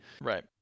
Right